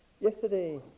Yesterday